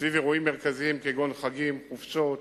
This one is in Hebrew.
סביב אירועים מרכזיים, כגון חגים, חופשות,